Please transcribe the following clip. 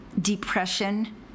depression